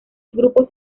grupos